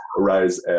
arise